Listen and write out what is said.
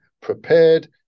prepared